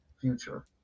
future